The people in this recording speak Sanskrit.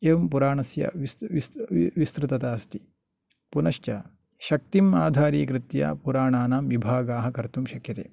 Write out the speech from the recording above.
एवं पुराणस्य विस् विस् विस्तृतता अस्ति पुनश्च शक्तिम् आधारीकृत्य पुराणानां विभागाः कर्तुं शक्यते